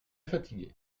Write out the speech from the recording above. fatigué